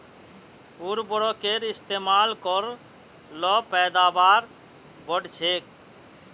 उर्वरकेर इस्तेमाल कर ल पैदावार बढ़छेक